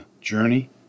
journey